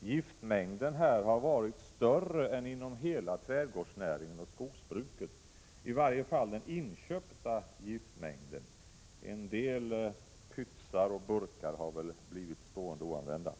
Giftmängden här har varit större än inom hela trädgårdsnäringen och skogsbruket. I varje fall gäller det den inköpta giftmängden; en del pytsar och burkar har väl blivit stående oanvända.